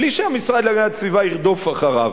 בלי שהמשרד להגנת הסביבה ירדוף אחריו,